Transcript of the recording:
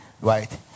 Right